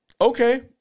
Okay